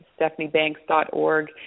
stephaniebanks.org